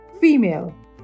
female